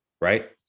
Right